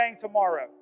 tomorrow